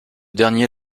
dernier